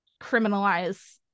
criminalize